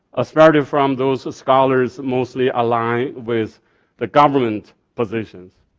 especially from those scholars mostly aligned with the government position.